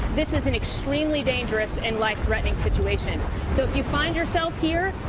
this is an extremely dangerous and life-threatening situation. so, if you find yourself here,